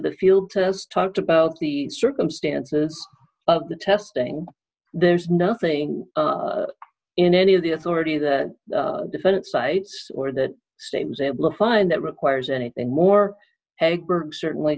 the field test talked about the circumstances of the testing there's nothing in any of the authority that the defendant cites or that state was able to find that requires anything more hagberg certainly